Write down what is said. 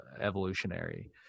evolutionary